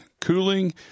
Cooling